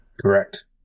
Correct